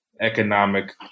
economic